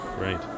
Right